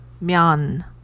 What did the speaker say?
Mian